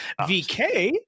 VK